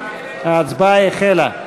ההצבעה החלה.